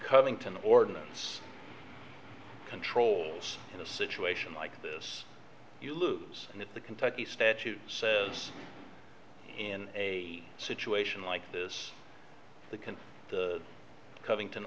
covington ordinance controls in a situation like this you lose the kentucky statute says in a situation like this that can covington